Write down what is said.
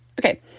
Okay